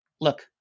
look